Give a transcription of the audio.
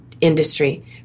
industry